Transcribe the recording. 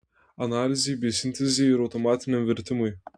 analizei bei sintezei ir automatiniam vertimui